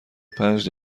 پنج